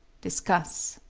discuss.